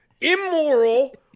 immoral